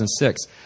2006